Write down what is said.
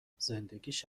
زندگیش